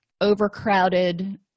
overcrowded